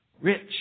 rich